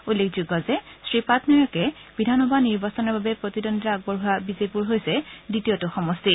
উল্লেখযোগ্য যে শ্ৰীপাটনায়কে বিধানসভা নিৰ্বাচনৰ বাবে প্ৰতিদ্বন্দ্বিতা আগবঢ়োৱা বিজেপুৰ হৈছে দ্বিতীয়টো সমষ্টি